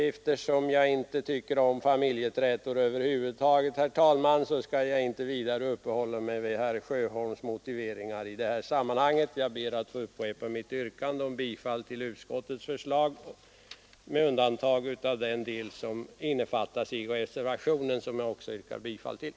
Eftersom jag inte tycker om familjeträtor, herr talman, skall jag inte vidare uppehålla mig vid herr Sjöholms motiveringar i det här sammanhanget. Jag ber att få upprepa mitt yrkande om bifall till utskottets förslag med undantag av den del som innefattas i reservationen, som jag också yrkar bifall till.